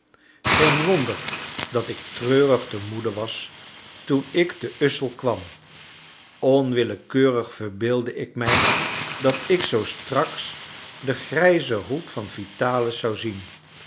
geen wonder dat ik treurig te moede was toen ik te ussel kwam onwillekeurig verbeeldde ik mij dat ik zoo straks den grijzen hoed van vitalis zou zien